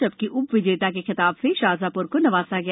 जबकि उप विजेता के खिताब से शाजाप्र को नवाजा गया